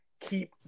Keep